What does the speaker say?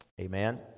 Amen